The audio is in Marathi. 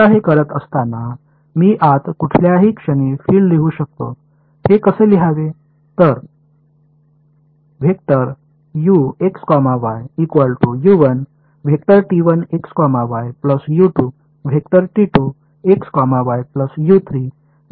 आता हे करत असताना मी आत कुठल्याही क्षणी फील्ड लिहू शकतो हे कसे लिहावे